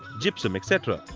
gypsum etc.